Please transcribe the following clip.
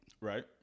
Right